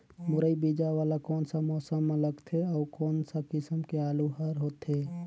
मुरई बीजा वाला कोन सा मौसम म लगथे अउ कोन सा किसम के आलू हर होथे?